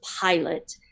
pilot